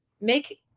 make